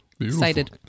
Excited